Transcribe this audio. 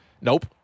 Nope